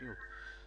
מבחינתנו.